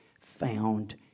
found